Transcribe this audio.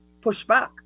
pushback